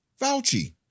Fauci